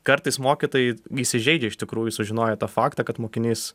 kartais mokytojai įsižeidžia iš tikrųjų sužinoję tą faktą kad mokinys